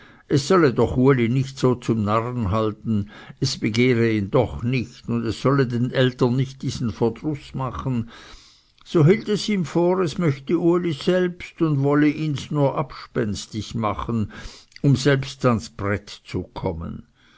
es solle doch uli nicht so zum narren halten es begehre ihn doch nicht oder es solle den eltern nicht diesen verdruß machen so hielt es ihm vor es möchte uli selbst und wolle ihns nur abspenstig machen um selbst ans brett zu kommen